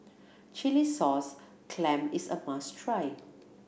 chilli sauce clam is a must try